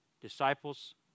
Disciples